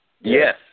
Yes